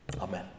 Amen